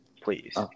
please